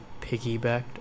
piggybacked